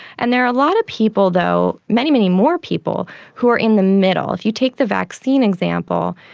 and there are a lot of people though, many, many more people, who are in the middle. if you take the vaccine example,